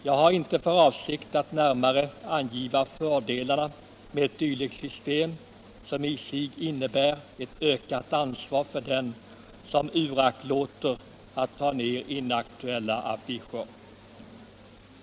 Jag har inte för avsikt att närmare angiva fördelarna med ett dylikt system som i sig innebär ett ökat ansvar för den som uraktlåter att ta ner inaktuella affischer.